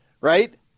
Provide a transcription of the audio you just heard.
right